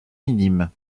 minime